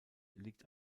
liegt